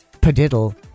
padiddle